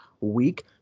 week